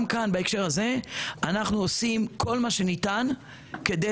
גם כאן בהקשר הזה אנחנו עושים כל מה שניתן כדי